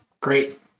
Great